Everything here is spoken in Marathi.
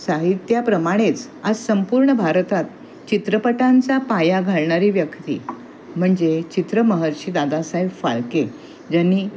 साहित्याप्रमाणेच आज संपूर्ण भारतात चित्रपटांचा पाया घालणारी व्यक्ती म्हणजे चित्रमहर्षी दादासाहेब फाळके ज्यांनी